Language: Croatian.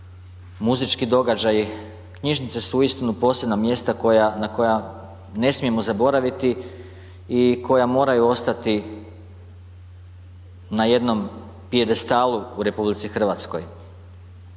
muzički događaji, knjižnice su uistinu posebna mjesta koja, na koja ne smijemo zaboraviti i koja moraju ostati na jednom pijedestalu u RH. Evo